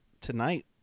tonight